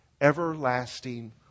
everlasting